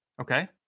Okay